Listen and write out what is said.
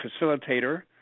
facilitator